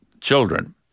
children